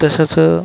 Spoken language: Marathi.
तसंच